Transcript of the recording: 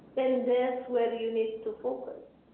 then that is where you need to focus,